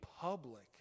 public